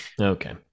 Okay